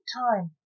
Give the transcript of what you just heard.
time